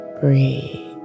breathe